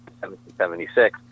1776